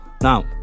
Now